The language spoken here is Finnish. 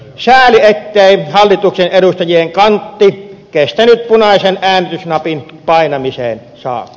sääli ettei hallituksen edustajien kantti kestänyt punaisen äänestysnapin painamiseen saakka